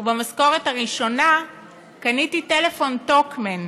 ובמשכורת הראשונה קניתי טלפון טוקמן.